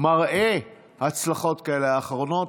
מראה הצלחות כאלה לאחרונה.